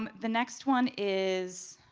um the next one is.